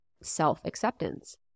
self-acceptance